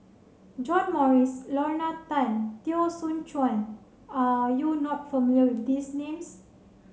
John Morrice Lorna Tan Teo Soon Chuan are you not familiar with these names